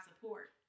support